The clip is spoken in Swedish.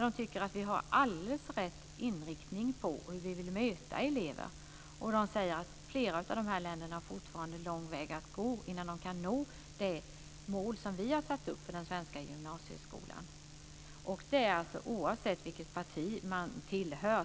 De tycker att vi har alldeles rätt inriktning när det gäller hur vi vill möta elever. De säger att flera av dessa länder fortfarande har lång väg att gå innan de kan nå det mål som vi har satt upp för den svenska gymnasieskolan. Och detta säger de alltså oavsett vilket parti de tillhör.